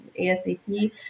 ASAP